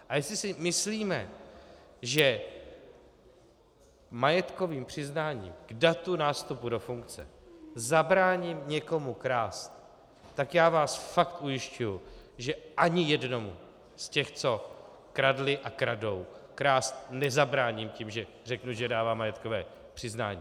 A jestli si myslíme, že majetkové přiznání k datu nástupu do funkce zabrání někomu krást, tak já vás fakt ujišťuji, že ani jednomu z těch, co kradli a kradou, krást nezabráním tím, že řeknu, že dávám majetkové přiznání.